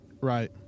Right